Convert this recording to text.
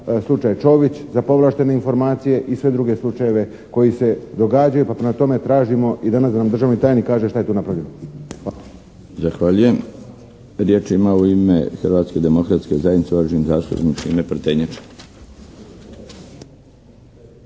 slučaj Čović za povlaštene informacije i sve druge slučajeve koji se događaju. Pa prema tome, tražimo i da nam državni tajnik kaže šta je tu napravljeno. **Milinović, Darko (HDZ)** Zahvaljujem. Riječ ima u ime Hrvatske demokratske zajednice uvaženi zastupnik Šime Prtenjača.